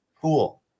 cool